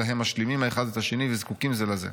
אלא הם משלימים האחד את השני וזקוקים זה לזה: